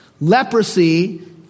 Leprosy